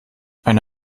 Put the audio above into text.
eine